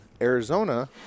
arizona